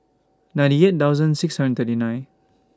ninety eight thousand six hundred thirty nine